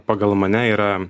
pagal mane yra